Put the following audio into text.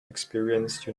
experience